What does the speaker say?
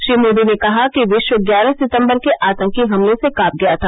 श्री मोदी ने कहा कि विश्व ग्यारह सितम्बर के आतंकी हमलों से कांप गया था